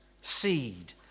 seed